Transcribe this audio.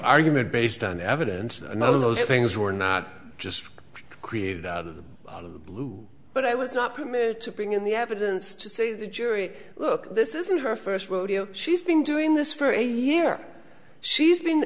argument based on evidence or another those things were not just created out of the blue but i was not permitted to bring in the evidence to see the jury look this isn't her first rodeo she's been doing this for a year she's been